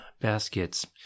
Baskets